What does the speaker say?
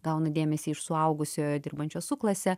gauna dėmesį iš suaugusiojo dirbančio su klase